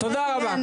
תודה רבה.